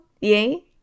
Yay